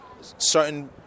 certain